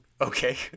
Okay